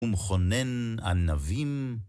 ומכונן ענבים.